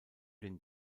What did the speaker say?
den